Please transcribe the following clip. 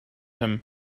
him